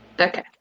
Okay